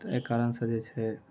तऽ एहि कारण सऽ जे छै